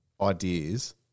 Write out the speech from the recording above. ideas